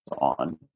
on